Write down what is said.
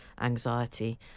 anxiety